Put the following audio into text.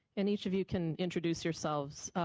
and each of you can introduce yourselves